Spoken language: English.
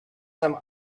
some